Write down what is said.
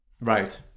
Right